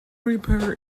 reaper